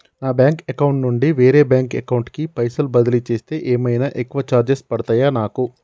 నా bank account నుండి వేరే బ్యాంక్ అకౌంట్ కి పైసల్ బదిలీ చేస్తే ఏమైనా ఎక్కువ చార్జెస్ పడ్తయా నాకు?